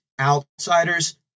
Outsiders